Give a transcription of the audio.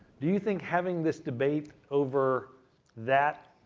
do you think having this debate over that